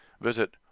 Visit